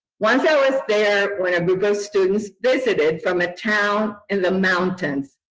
once i was there when a group of students visited from a town in the mountains.